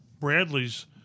Bradley's